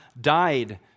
died